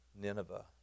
Nineveh